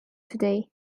today